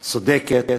צודקת,